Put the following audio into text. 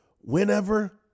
whenever